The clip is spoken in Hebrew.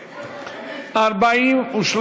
2017, נתקבל.